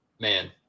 man